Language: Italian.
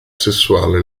sessuale